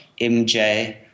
MJ